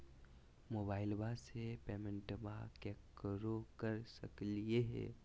मोबाइलबा से पेमेंटबा केकरो कर सकलिए है?